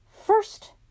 first